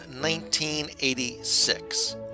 1986